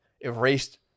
erased